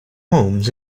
homes